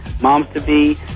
Moms-to-be